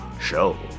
show